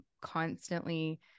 constantly